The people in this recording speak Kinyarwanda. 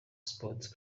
sport